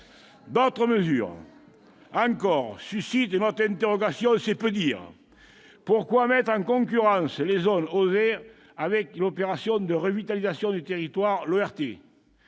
D'autres mesures, encore, suscitent notre interrogation- c'est peu de le dire. Pourquoi mettre en concurrence les zones « OSER » avec l'opération de revitalisation de territoire, l'ORT,